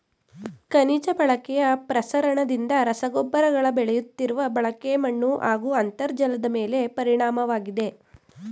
ಖನಿಜ ಬಳಕೆಯ ಪ್ರಸರಣದಿಂದ ರಸಗೊಬ್ಬರಗಳ ಬೆಳೆಯುತ್ತಿರುವ ಬಳಕೆ ಮಣ್ಣುಹಾಗೂ ಅಂತರ್ಜಲದಮೇಲೆ ಪರಿಣಾಮವಾಗಿದೆ